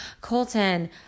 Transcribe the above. Colton